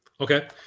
Okay